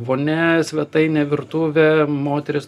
vonia svetainė virtuvė moteris